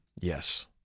Yes